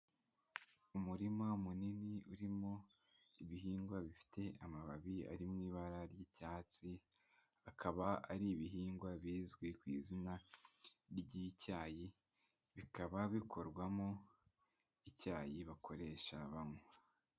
Umurima munini urimo ibihingwa bifite amababi ari mu ibara ry'icyatsi, akaba ari ibihingwa bizwi ku izina ry'icyayi, bikaba bikorwamo icyayi bakoresha banywa.